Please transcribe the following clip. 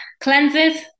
cleanses